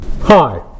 Hi